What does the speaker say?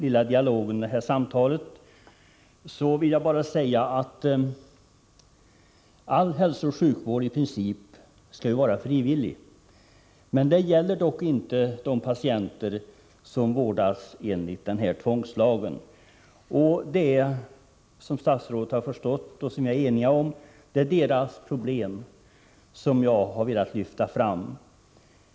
Innan vi slutar den här lilla dialogen vill jag bara säga att all hälsooch sjukvård i princip skall vara frivillig, men det gäller dock inte de patienter som vårdas enligt denna tvångslag. Som statsrådet har förstått, och som vi är eniga om, är det dessa patienters problem som jag har velat lyfta fram.